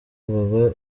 baba